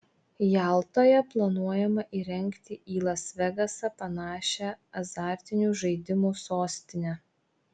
jaltoje planuojama įrengti į las vegasą panašią azartinių žaidimų sostinę